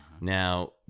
Now